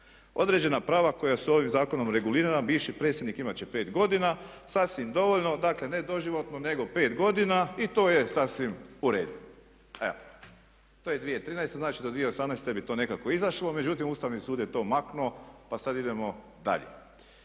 Određena prava koja su ovim zakonom regulirana bivši predsjednik imat će 5 godina, sasvim dovoljno. Dakle, ne doživotno, nego pet godina i to je sasvim u redu. Evo, to je 2013., znači do 2018. bi to nekako izašlo. Međutim, Ustavni sud je to maknuo pa sad idemo dalje.